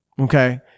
Okay